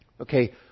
okay